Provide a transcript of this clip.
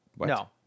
No